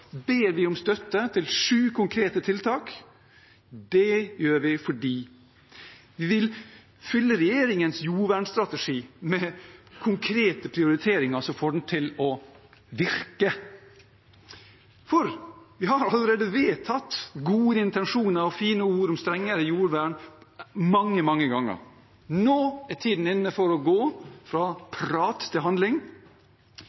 ber vi om støtte til sju konkrete tiltak. Det gjør vi fordi vi vil fylle regjeringens jordvernstrategi med konkrete prioriteringer som får den til å virke. Vi har allerede mange, mange ganger vedtatt gode intensjoner og fine ord om strengere jordvern. Nå er tiden inne for å gå fra